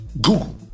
Google